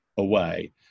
away